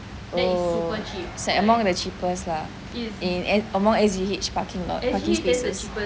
oh it's like among the cheapest lah in at among S_G_H parking lots parking spaces